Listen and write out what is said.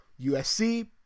USC